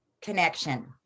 connection